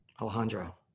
Alejandro